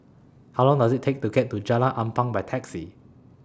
How Long Does IT Take to get to Jalan Ampang By Taxi